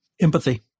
Empathy